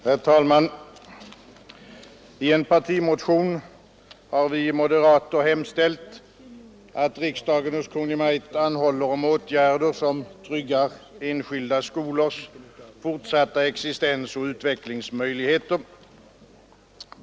Herr talman! I en partimotion har vi moderater hemställt att riksdagen hos Kungl. Maj:t anhåller om åtgärder som tryggar enskilda skolors fortsatta existens och utvecklingsmöjligheter.